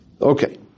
Okay